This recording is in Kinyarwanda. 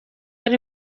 ari